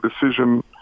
decision